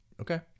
Okay